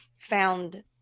found